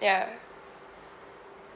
ya